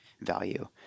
value